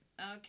Okay